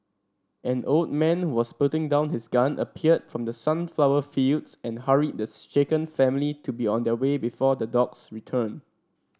an old man who was putting down his gun appeared from the sunflower fields and hurried the shaken family to be on their way before the dogs return